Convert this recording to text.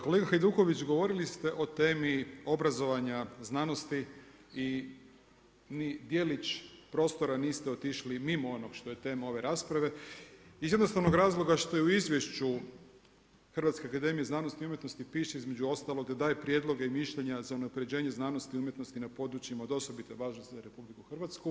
Kolega Hajduković, govorili ste o temi obrazovanja, znanosti i ni djelić prostora niste otišli mimo onog što je tema ove rasprave iz jednostavnog razloga što je u izvješću Hrvatske akademije i umjetnosti piše između ostalog daje prijedloge i mišljenja za unapređenje znanosti i umjetnosti na područjima od osobite važnosti za RH.